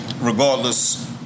regardless